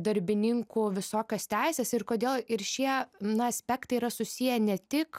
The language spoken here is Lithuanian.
darbininkų visokios teisės ir kodėl ir šie na aspektai yra susiję ne tik